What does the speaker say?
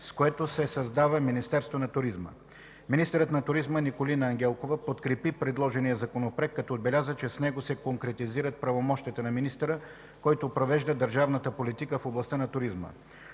с което със създава Министерство на туризма. Министърът на туризма Николина Ангелкова подкрепи предложения Законопроект като отбеляза, че с него се конкретизират правомощията на министъра, който провежда държавната политика в областта на туризма.